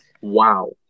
Wow